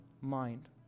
mind